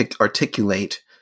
articulate